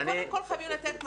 אבל קודם כל חייבים לתת מענה.